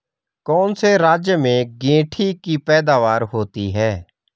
कौन से राज्य में गेंठी की पैदावार होती है?